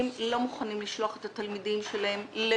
מעוניין להשקיע אותם.